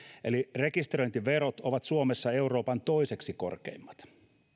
eli rekisteröintiverot ovat suomessa euroopan toiseksi korkeimmat